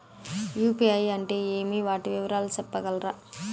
UPI అంటే ఏమి? వాటి వివరాలు సెప్పగలరా?